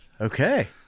Okay